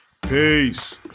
Peace